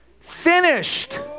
finished